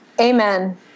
amen